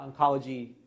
oncology